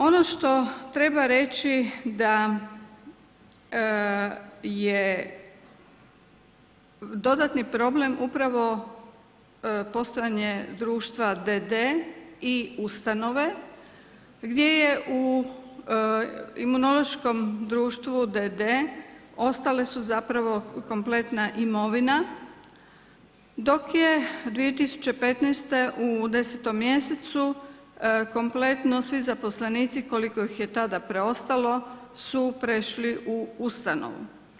Ono što treba reći da je dodatni problem, upravo, postojanje društva d.d. i ustanove, gdje je u Imunološkom društvu d.d. ostale su zapravo kompletna imovina, dok je 2015. u 10. mj. kompletno svi zaposlenici, koliko ih je tada preostalo su prešli u ustanovu.